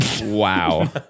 Wow